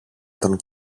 τον